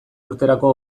urterako